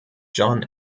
john